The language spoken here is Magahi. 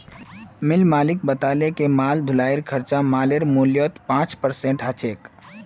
मिल मालिक बताले कि माल ढुलाईर खर्चा मालेर मूल्यत पाँच परसेंट ह छेक